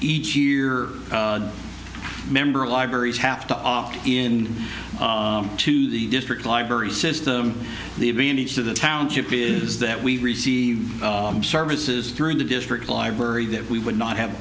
each year member libraries have to opt in to the district library system the advantage to the township is that we receive services through in the district library that we would not have